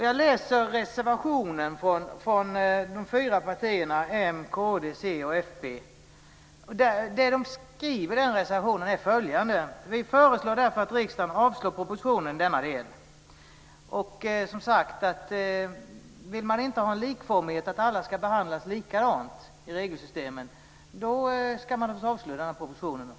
Jag läser i reservationen från de fyra partierna m, kd, c och fp. Det de skriver i reservationen är följande: "Vi föreslår därför att riksdagen avslår propositionen i denna del." Vill man inte ha likformighet, att alla ska behandlas lika i regelsystemen, ska man naturligtvis avslå propositionen.